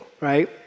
right